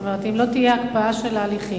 זאת אומרת, אם לא תהיה הקפאה של ההליכים